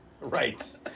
Right